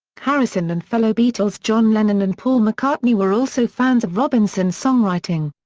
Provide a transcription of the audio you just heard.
harrison and fellow beatles john lennon and paul mccartney were also fans of robinson's songwriting.